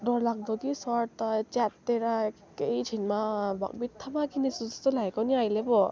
डरलाग्दो कि सर्ट त च्यात्तिएर एकैछिनमा बित्थामा किनेछु जस्तो लागेको नि अहिले पो